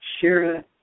Shira